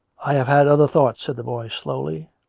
i have had other thoughts, said the boy slowly,